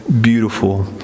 beautiful